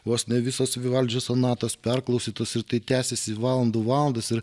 vos ne visos vivaldžio sonatos perklausytos ir tai tęsėsi valandų valandas ir